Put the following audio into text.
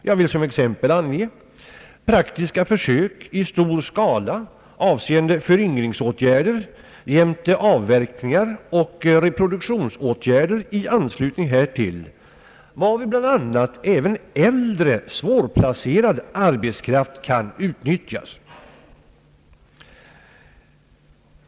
Jag vill som exempel ange praktiska försök i stor skala, avseende föryngringsåtgärder jämte avverkningar och reproduktionsåtgärder i Allmänpolitisk debatt anslutning härtill, varvid även äldre svårplacerad arbetskraft kunde utnyttjas.